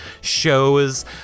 shows